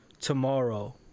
tomorrow